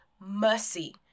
mercy